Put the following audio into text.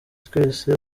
twese